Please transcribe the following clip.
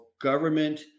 government